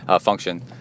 function